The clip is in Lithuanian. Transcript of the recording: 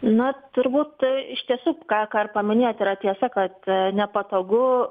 na turbūt tai iš tiesų ką ką ir paminėjot yra tiesa kad nepatogu